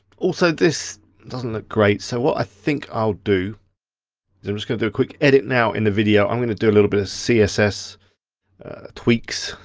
also this doesn't look great, so what i think i'll do is i'm just gonna do a quick edit now in the video. i'm gonna do a little bit of css tweaks,